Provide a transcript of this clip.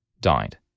died